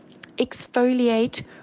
Exfoliate